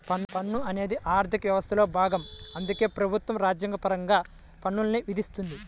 పన్ను అనేది ఆర్థిక వ్యవస్థలో భాగం అందుకే ప్రభుత్వం రాజ్యాంగపరంగా పన్నుల్ని విధిస్తుంది